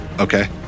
Okay